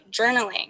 journaling